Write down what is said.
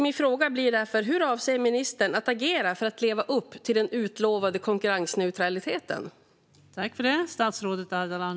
Min fråga blir därför: Hur avser ministern att agera för att leva upp till den utlovade konkurrensneutraliteten?